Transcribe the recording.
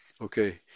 Okay